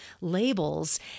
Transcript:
labels